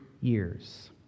years